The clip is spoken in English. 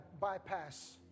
bypass